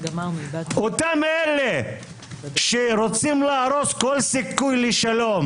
אותם אלה שרוצים להרוס כל סיכוי לשלום